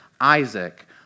Isaac